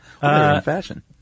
fashion